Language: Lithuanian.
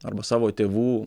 arba savo tėvų